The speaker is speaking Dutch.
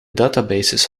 databases